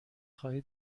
خواهی